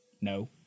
No